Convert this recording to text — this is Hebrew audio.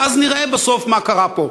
ואז נראה בסוף מה קרה פה.